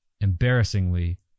embarrassingly